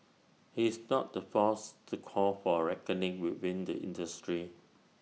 he's not the first to call for A reckoning within the industry